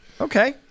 Okay